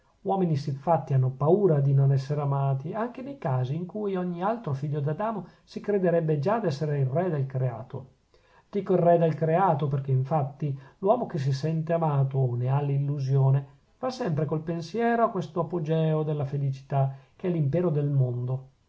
uomini siffatti hanno paura di non essere amati anche nei casi in cui ogni altro figlio d'adamo si crederebbe già d'essere il re del creato dico il re del creato perchè infatti l'uomo che si sente amato o ne ha l'illusione va sempre col pensiero a questo apogèo della felicità che è l'impero del mondo